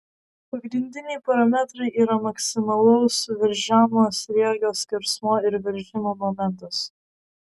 pagrindiniai parametrai yra maksimalaus veržiamo sriegio skersmuo ir veržimo momentas